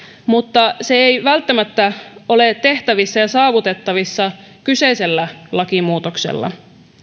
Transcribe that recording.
mutta se ei välttämättä ole saavutettavissa kyseisellä lakimuutoksella